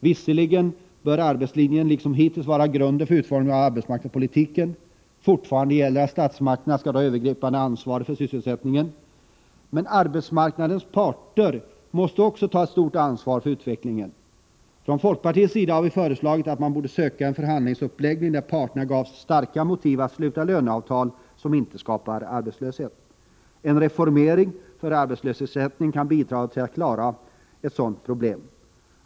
Visserligen bör arbetslinjen liksom hittills vara grunden för utformningen av arbetsmarknadspolitiken och statsmakterna ha det övergripande ansvaret för sysselsättningen, men arbetsmarknadens parter måste också ta ett stort ansvar för utvecklingen. Från folkpartiets sida har vi föreslagit att man skall söka en förhandlingsuppläggning där parterna ges starka motiv att sluta löneavtal som inte skapar arbetslöshet. En reformering av systemet för arbetslöshetsersättning kan bidra till att klara ett sådant problem.